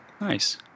Nice